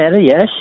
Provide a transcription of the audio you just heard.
Yes